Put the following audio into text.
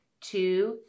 two